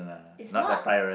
it's not